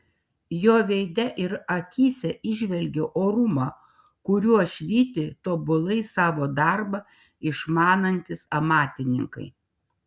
jo veide ir akyse įžvelgiau orumą kuriuo švyti tobulai savo darbą išmanantys amatininkai